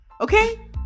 Okay